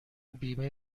بیمه